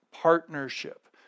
partnership